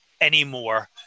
anymore